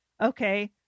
okay